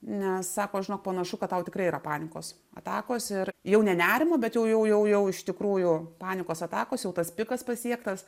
nes sako žinok panašu kad tau tikrai yra panikos atakos ir jau ne nerimo bet jau jau jau jau iš tikrųjų panikos atakos jau tas pikas pasiektas